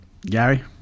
Gary